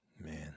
Man